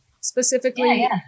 specifically